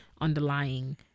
underlying